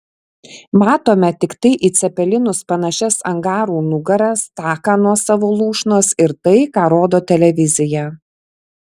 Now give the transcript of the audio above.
matome tiktai į cepelinus panašias angarų nugaras taką nuo savo lūšnos ir tai ką rodo televizija